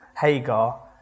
Hagar